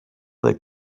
that